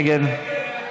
מי נגד ההסתייגות?